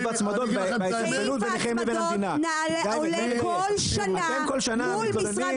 סעיף ההצמדות --- סעיף ההצמדות עולה כל שנה מול משרד